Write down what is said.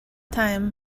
time